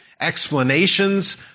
explanations